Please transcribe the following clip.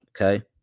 Okay